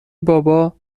بابا